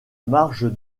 marge